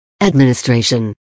Administration